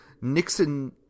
Nixon